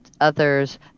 Others